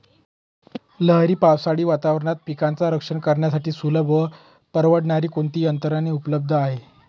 लहरी पावसाळी वातावरणात पिकांचे रक्षण करण्यासाठी सुलभ व परवडणारी कोणती यंत्रणा उपलब्ध आहे?